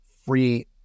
free